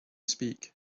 speak